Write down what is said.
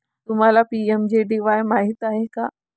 तुम्हाला पी.एम.जे.डी.वाई माहित आहे का?